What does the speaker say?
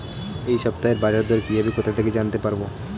এই সপ্তাহের বাজারদর কিভাবে কোথা থেকে জানতে পারবো?